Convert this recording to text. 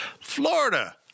Florida